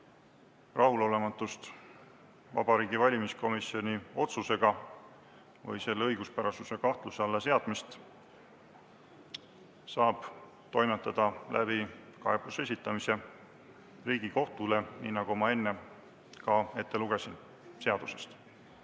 Rahulolematust Vabariigi Valimiskomisjoni otsusega või selle õiguspärasuse kahtluse alla seadmist saab toimetada kaebuse esitamisega Riigikohtule, nii nagu ma enne ka ette lugesin seadusest. Protest